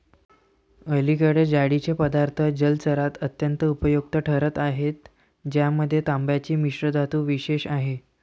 अलीकडे जाळीचे पदार्थ जलचरात अत्यंत उपयुक्त ठरत आहेत ज्यामध्ये तांब्याची मिश्रधातू विशेष आहे